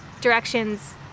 directions